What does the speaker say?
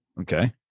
Okay